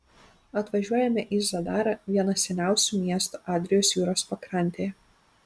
atvažiuojame į zadarą vieną seniausių miestų adrijos jūros pakrantėje